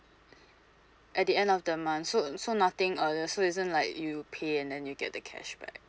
at the end of the month so so nothing earlier so isn't like you pay and then you get the cashback